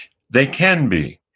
they can be.